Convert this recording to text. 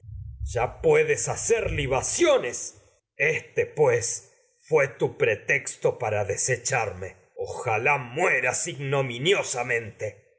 ya puedes hacer libaciones éste pues fué tu pretexto para desecharme ojalá mueras ignominiosa mente